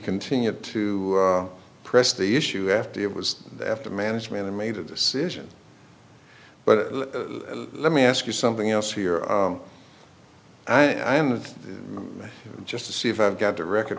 continued to press the issue after it was after management and made a decision but let me ask you something else here i am just to see if i've got the record